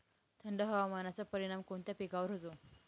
थंड हवामानाचा परिणाम कोणत्या पिकावर होतो?